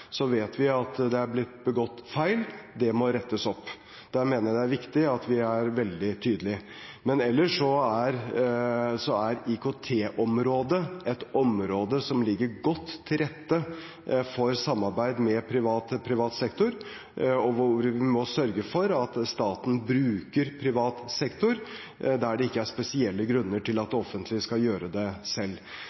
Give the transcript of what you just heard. Så vet vi at det er blitt begått feil, det må rettes opp. Der mener jeg det er viktig at vi er veldig tydelige. Men ellers er IKT-området et område som ligger godt til rette for samarbeid med privat sektor, hvor vi må sørge for at staten bruker privat sektor der det ikke er spesielle grunner til at det offentlige skal gjøre det selv.